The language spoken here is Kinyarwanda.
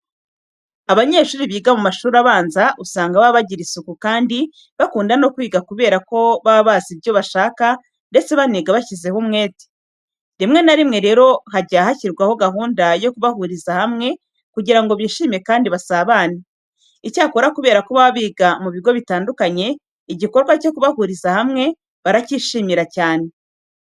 Abanyeshuri biga mu mashuri abanza usanga baba bagira isuku kandi bakunda no kwiga kubera ko baba bazi ibyo bashaka ndetse baniga bashyizeho umwete. Rimwe na rimwe rero hajya hashyirwaho gahunda yo kubahuriza hamwe kugira ngo bishime kandi basabane. Icyakora kubera ko baba biga ku bigo bitandukanye igikorwa cyo kubahuriza hamwe baracyishimira cyane.